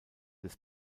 des